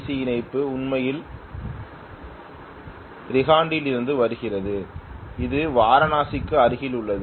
C இணைப்பு உண்மையில் ரிஹாண்டிலிருந்து வருகிறது இது வர்ணாசிக்கு அருகில் உள்ளது